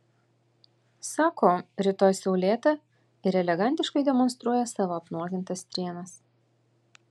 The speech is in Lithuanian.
sako rytoj saulėta ir elegantiškai demonstruoja savo apnuogintas strėnas